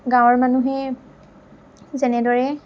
গাঁৱৰ মানুহে যেনেদৰে